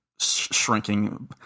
Shrinking